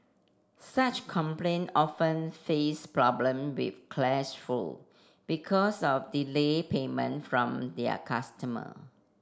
such complain often face problem with clash flow because of delayed payment from their customer